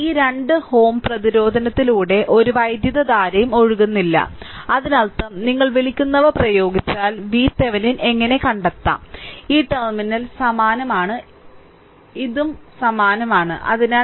ഈ 2 Ω പ്രതിരോധത്തിലൂടെ ഒരു വൈദ്യുതധാരയും ഒഴുകുന്നില്ല അതിനർത്ഥം നിങ്ങൾ വിളിക്കുന്നവ പ്രയോഗിച്ചാൽ VThevenin എങ്ങനെ കണ്ടെത്താം അതിനർത്ഥം ഈ ടെർമിനൽ സമാനമാണ് ഇതും ഇതും സമാനമാണ്